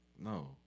No